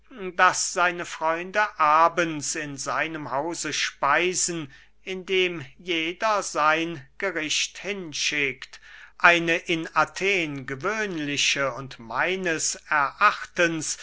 daß seine freunde abends in seinem hause speisen indem jeder sein gericht hinschickt eine in athen gewöhnliche und meines erachtens